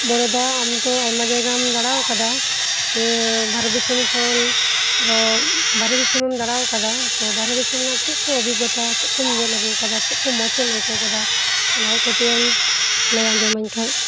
ᱵᱚᱲᱚᱫᱟ ᱟᱢᱛᱚ ᱟᱭᱢᱟ ᱡᱟᱭᱜᱟᱢ ᱫᱟᱬᱟ ᱟᱠᱟᱫᱟ ᱱᱤᱭᱟᱹ ᱵᱷᱟᱨᱚᱛ ᱫᱤᱥᱟᱹᱢ ᱠᱷᱚᱱ ᱟᱨᱚ ᱵᱟᱨᱦᱮ ᱫᱤᱥᱟᱹᱢᱮᱢ ᱫᱟᱬᱟ ᱟᱠᱟᱫᱟ ᱛᱚ ᱵᱟᱨᱦᱮ ᱫᱤᱥᱟᱹᱢ ᱨᱮᱱᱟᱜ ᱪᱮᱫ ᱠᱩ ᱚᱵᱤᱜᱚᱛᱟ ᱪᱮᱫᱠᱩᱢ ᱧᱮᱞ ᱟᱹᱜᱩ ᱟᱠᱟᱫᱟ ᱪᱮᱫᱠᱩ ᱢᱚᱡ ᱮᱢ ᱟᱹᱭᱠᱟᱹᱣ ᱟᱠᱟᱫᱟ ᱚᱱᱟᱠᱩ ᱠᱟᱹᱴᱤᱡ ᱮᱢ ᱞᱟᱹᱭ ᱟᱸᱡᱚᱢᱟᱹᱧ ᱠᱷᱟᱡ